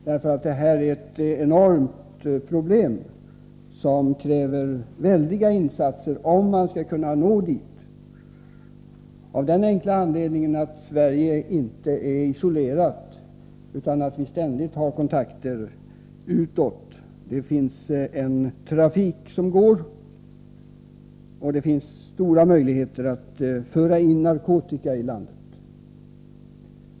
Narkotikaproblemet är enormt, och det krävs väldiga insatser om man skall kunna nå det uppsatta målet, av den enkla anledningen att Sverige inte är isolerat utan ständigt har kontakter utåt. Trafiken pågår hela tiden, och det finns stora möjligheter att föra in narkotika i landet.